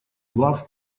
глав